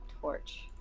torch